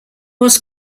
was